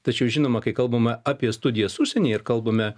tačiau žinoma kai kalbama apie studijas užsienyje ir kalbame